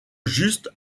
juste